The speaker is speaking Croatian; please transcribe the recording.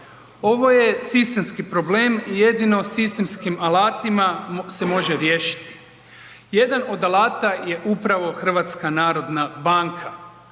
Ovo je sistemski problem i jedino sistemskim alatima se može riješiti. Jedan od alata je upravo HNB. HNB ovog trenutka